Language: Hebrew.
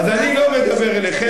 היו 18, אז אני לא מדבר אליכם.